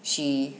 she